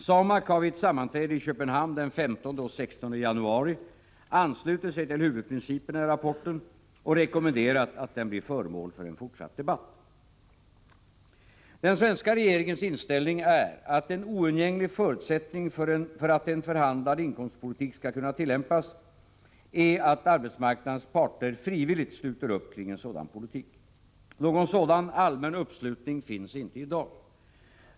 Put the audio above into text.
SAMAK har vid ett sammanträde i Köpenhamn den 15-16 januari anslutit sig till huvudprinciperna i rapporten och rekommenderat att den blir föremål för en fortsatt debatt. Den svenska regeringens inställning är att en oundgänglig förutsättning för att en förhandlad inkomstpolitik skall kunna tillämpas är att arbetsmarknadens parter frivilligt sluter upp kring en sådan politik. Någon sådan allmän uppslutning finns inte i dag.